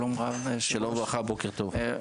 שלום וברכה, בוקר טוב.